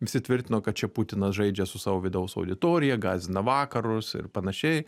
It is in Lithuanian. visi tvirtino kad čia putinas žaidžia su savo vidaus auditorija gąsdina vakarus ir panašiai